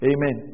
Amen